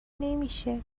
نمیشه